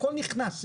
הכול נכנס.